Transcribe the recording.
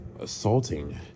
assaulting